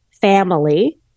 family